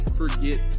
forget